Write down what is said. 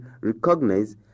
recognize